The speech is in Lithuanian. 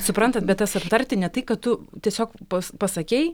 suprantat bet tas aptarti ne tai kad tu tiesiog pas pasakei